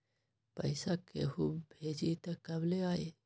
पैसा केहु भेजी त कब ले आई?